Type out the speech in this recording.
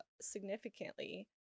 significantly